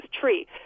tree